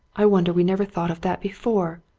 i wonder we never thought of that before!